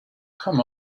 come